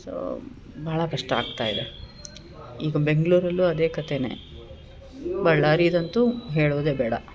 so ಭಾಳ ಕಷ್ಟ ಆಗ್ತಾ ಇದೆ ಈಗ ಬೆಂಗಳೂರಲ್ಲೂ ಅದೇ ಕತೆ ಬಳ್ಳಾರಿದಂತು ಹೇಳೋದೆ ಬೇಡ